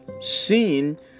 seen